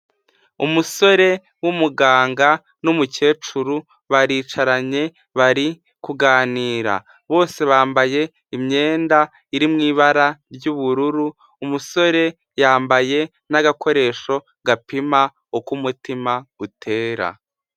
Umusore w'umuganga n'umukecuru baricaranye bari kuganira, bose bambaye imyenda iri mu ibara ry'bururu umusore yambaye n'agakoresho gapima uko umutima utera.